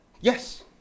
yes